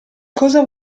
cosa